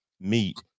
meat